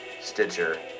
Stitcher